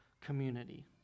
community